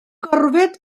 gorfod